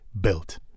built